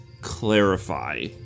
clarify